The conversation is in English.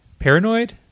Paranoid